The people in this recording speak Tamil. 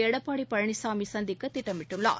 எடப்பாடி பழனிசாமி சந்திக்க திட்டமிட்டுள்ளார்